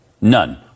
None